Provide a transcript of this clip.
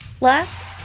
Last